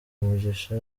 umugisha